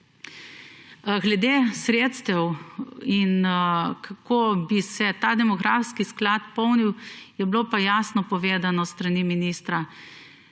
Glede sredstev in kako bi se ta demografski sklad polnil, je bilo pa jasno povedano s strani ministra.